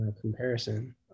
comparison